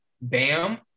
Bam